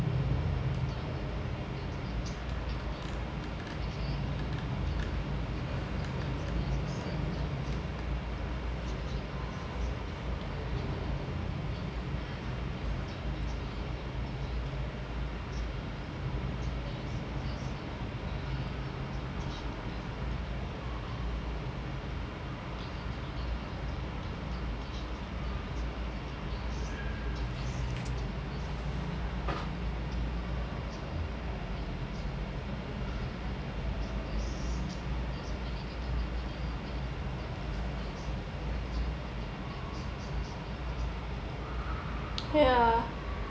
ya